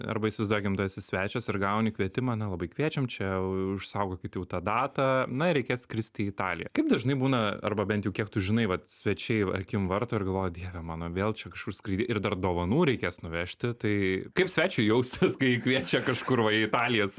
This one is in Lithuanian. arba įsivaizduokim tu esi svečias ir gauni kvietimą na labai kviečiam čia užsaugokit jau tą datą na ir reikės skristi į italiją kaip dažnai būna arba bent jau kiek tu žinai vat svečiai akim varto ir galvoja dieve mano vėl čia kažkur skraidy ir dar dovanų reikės nuvežti tai kaip svečiui jaustis kai kviečia kažkur va italijas